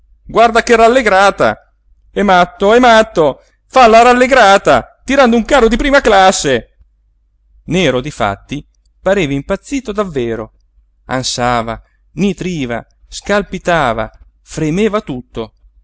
guarda che rallegrata è matto è matto fa la rallegrata tirando un carro di prima classe nero difatti pareva impazzito davvero ansava nitriva scalpitava fremeva tutto